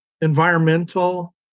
environmental